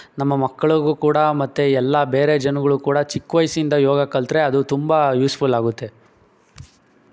ನಮ್ಮ ಮಕ್ಕಳಿಗೂ ಕೂಡ ಮತ್ತು ಎಲ್ಲ ಬೇರೆ ಜನ್ಗಳೂ ಕೂಡ ಚಿಕ್ಕ ವಯಸ್ಸಿಂದ ಯೋಗ ಕಲಿತ್ರೆ ಅದು ತುಂಬ ಯೂಸ್ಫುಲ್ ಆಗುತ್ತೆ